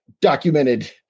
documented